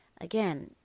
again